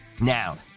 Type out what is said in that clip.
Now